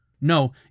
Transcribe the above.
No